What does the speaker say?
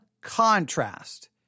contrast